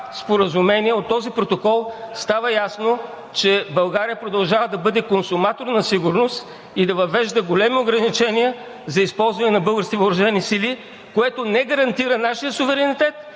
споразумение и този протокол става ясно, че България продължава да бъде консуматор на сигурност и да въвежда големи ограничения за използване на българските въоръжени сили, което не гарантира нашия суверенитет